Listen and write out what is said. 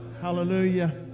hallelujah